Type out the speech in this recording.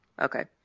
Okay